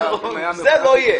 זה לא יהיה.